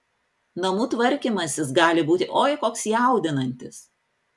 namų tvarkymasis gali būti oi koks jaudinantis